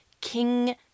King